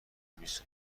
بیست